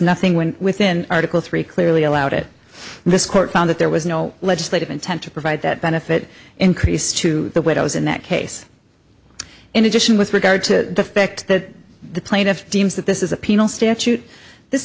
nothing went within article three clearly allowed it this court found that there was no legislative intent to provide that benefit increase to the widows in that case in addition with regard to the fact that the plaintiff deems that this is a penal statute this